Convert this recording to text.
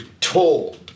told